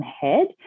head